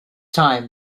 time